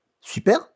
Super